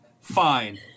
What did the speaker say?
fine